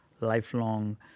lifelong